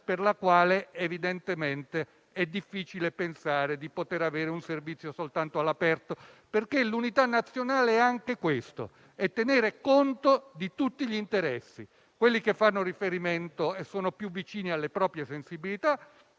per la quale evidentemente sia difficile pensare di poter offrire un servizio soltanto all'aperto. L'unità nazionale è infatti anche questo: tenere conto di tutti gli interessi, quelli che fanno riferimento e sono più vicini alle proprie sensibilità